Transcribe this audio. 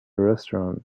restaurant